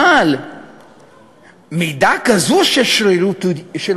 אבל מידה כזו של שרירותיות,